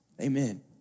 Amen